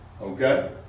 okay